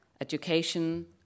education